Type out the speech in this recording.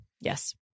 yes